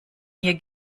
hier